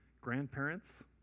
Grandparents